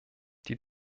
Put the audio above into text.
die